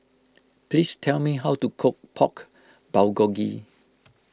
please tell me how to cook Pork Bulgogi